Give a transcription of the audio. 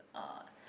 uh